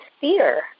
fear